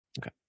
Okay